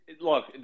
Look